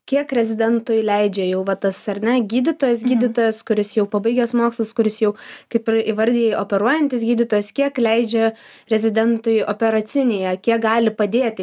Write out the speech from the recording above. kiek rezidentui leidžia jau va tas ar ne gydytojas gydytojas kuris jau pabaigęs mokslus kuris jau kaip ir įvardijai operuojantis gydytojas kiek leidžia rezidentui operacinėje kiek gali padėti